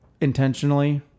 intentionally